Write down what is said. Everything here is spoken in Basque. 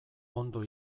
ondo